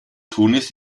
tunis